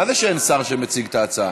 מה זה שאין שר שמציג את ההצעה?